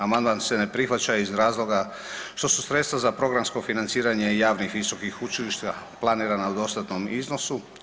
Amandman se ne prihvaća iz razloga što su sredstva za programsko financiranje javnih visokih učilišta planirana u dostatnom iznosu.